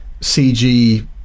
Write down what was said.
CG